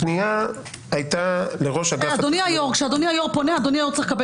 הפנייה- -- כשאדוני היו"ר פונה, הוא צריך לקבל